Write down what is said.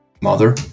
mother